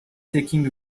taking